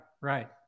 right